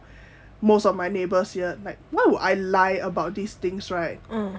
most of my neighbors here like why would I lie about these things right